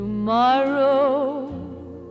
Tomorrow